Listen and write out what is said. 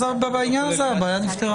בעניין הזה הבעיה נפתרה.